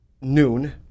noon